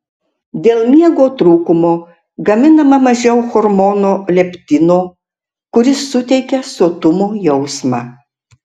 dėl miego trūkumo gaminama mažiau hormono leptino kuris suteikia sotumo jausmą